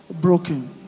Broken